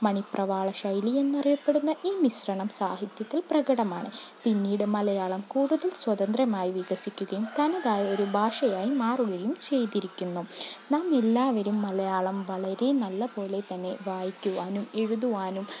മണിപ്രവാള ശൈലി എന്നറിയപ്പെടുന്ന ഈ മിശ്രണം സാഹിത്യത്തിൽ പ്രകടമാണ് പിന്നീട് മലയാളം കൂടുതൽ സ്വതന്ത്രമായി വികസിക്കുകയും തനതായ ഒരു ഭാഷയായി മാറുകയും ചെയ്തിരിക്കുന്നു നാം എല്ലാവരും മലയാളം വളരെ നല്ല പോലെ തന്നെ വായിക്കുവാനും എഴുതുുവാനും